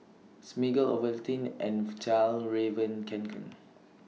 Smiggle Ovaltine and Fjallraven Kanken